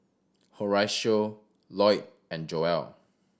Horacio Loyd and Joelle